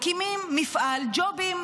מקימים מפעל ג'ובים.